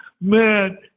Man